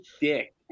dick